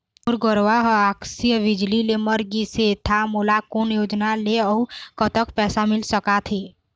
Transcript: मोर गरवा हा आकसीय बिजली ले मर गिस हे था मोला कोन योजना ले अऊ कतक पैसा मिल सका थे?